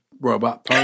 robot